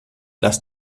lass